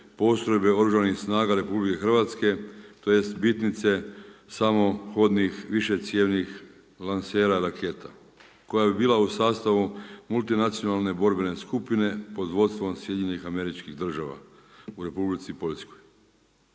postrojbe Oružanih snaga RH, tj. bitnice samohodnih višecjevnih lansera raketa koja bi bila u sastavu multinacionalne borbene skupine pod vodstvom SAD-a u Republici Poljskoj.